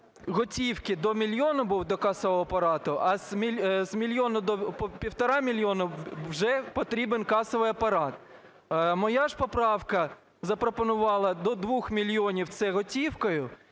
готівки до 1 мільйона був до касового апарату, а з 1 мільйона до 1,5 мільйона вже потрібен касовий апарат. Моя ж поправка запропонувала до 2 мільйонів – це готівкою.